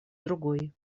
другой